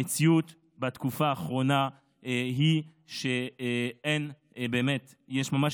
המציאות בתקופה האחרונה היא שיש ממש